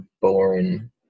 boring